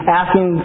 asking